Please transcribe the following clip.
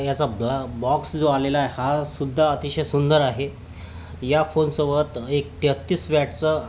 याचा ब्ला बॉक्स जो आलेला आहे हा सुद्धा अतिशय सुंदर आहे या फोनसोबत एक तेहतीस वॅटचं